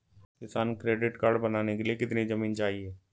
किसान credit card बनाने के लिए कितनी जमीन चाहिए?